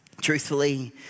Truthfully